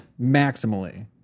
Maximally